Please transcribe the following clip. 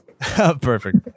Perfect